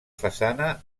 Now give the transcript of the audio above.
façana